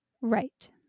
Right